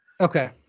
Okay